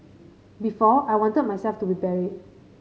before I wanted myself to be buried